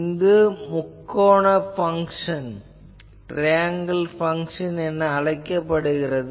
இது முக்கோண பங்ஷன் என்று அழைக்கப்படுகிறது